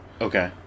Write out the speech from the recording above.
Okay